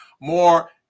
more